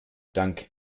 dank